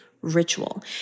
ritual